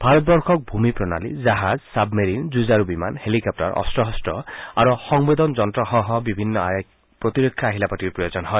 ভাৰতবৰ্ষক ভূমি প্ৰণালী জাহাজ ছাবেমেৰিন যুঁজাৰু বিমান হেলিকগুাৰ অন্ত্ৰ শন্ত্ৰ আৰু সংবেদনযন্ত্ৰসহ বিভিন্ন প্ৰতিৰক্ষা আহিলা পাতিৰ প্ৰয়োজন হয়